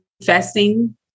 confessing